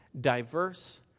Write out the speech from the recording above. diverse